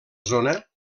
zona